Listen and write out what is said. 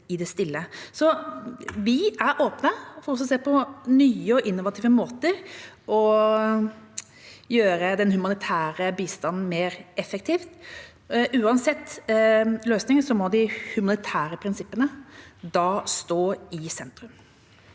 Vi er åpne for å se på nye og innovative måter for å gjøre den humanitære bistanden mer effektiv. Uansett løsning må de humanitære prinsippene stå i sentrum.